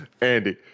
Andy